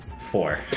Four